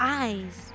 eyes